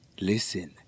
listen